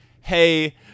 hey